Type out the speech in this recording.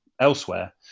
elsewhere